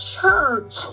church